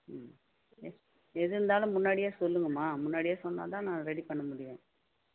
ம் எது இருந்தாலும் முன்னாடியே சொல்லுங்கம்மா முன்னாடியே சொன்னால்தான் நான் ரெடி பண்ண முடியும்